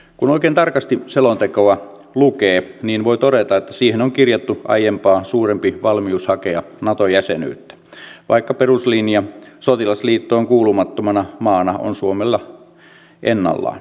kun oikein tarkasti selontekoa lukee niin voi todeta että siihen on kirjattu aiempaa suurempi valmius hakea nato jäsenyyttä vaikka peruslinja sotilasliittoon kuulumattomana maana on suomella ennallaan